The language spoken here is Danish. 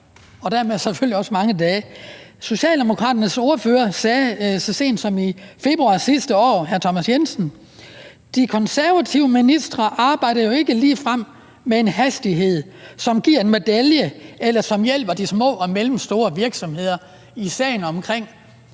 også mange dage. Socialdemokraternes ordfører, hr. Thomas Jensen, sagde så sent som i februar sidste år, at de konservative ministre jo ikke ligefrem arbejder med en hastighed, som giver en medalje, eller som hjælper de små og mellemstore virksomheder, i sagen omkring